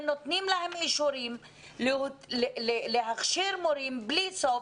נותנים להם אישורים להכשיר מורים בלי סוף,